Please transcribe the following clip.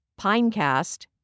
Pinecast